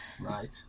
Right